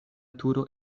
turo